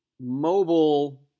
mobile